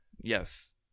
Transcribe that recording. Yes